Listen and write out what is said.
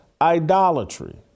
idolatry